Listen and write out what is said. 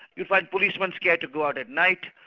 you find policemen scared to go out at night,